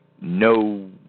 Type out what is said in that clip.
no